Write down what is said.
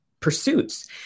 Pursuits